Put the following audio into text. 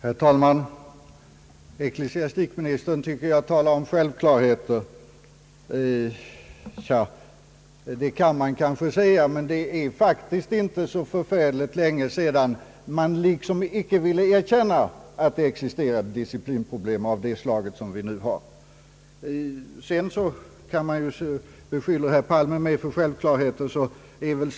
Herr talman! Ecklesiastikministern tycker att jag talar om självklarheter. Det kan man kanske säga, men det är faktiskt inte så förfärligt länge sedan som man liksom icke ville erkänna att det existerade disciplinproblem av det slag vi nu har. För övrigt kan man ju beskylla herr Palme också för att tala om självklarheter.